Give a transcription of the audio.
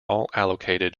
allocated